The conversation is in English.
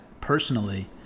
personally